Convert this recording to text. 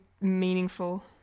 meaningful